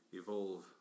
evolve